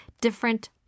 different